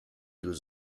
deux